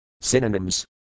Synonyms